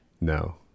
No